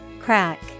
Crack